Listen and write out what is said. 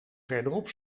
verderop